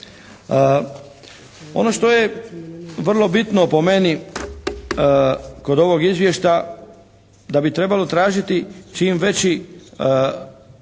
Ono što je vrlo bitno po meni kod ovog izvješća da bi trebalo tražiti čim veću